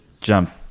jump